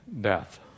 death